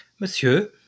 monsieur